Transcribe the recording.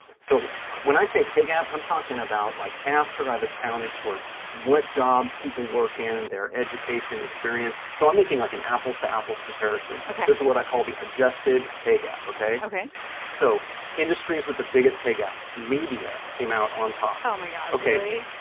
so when i say pay gap, i'm talking about, like, after i've accounted for what jobs people work in, their education experience. so i'm making like an apples-to-apples comparison ok this is what i call the adjusted pay gap. ok ok so industries with the biggest pay gap media came out on top. ok oh, my god. really?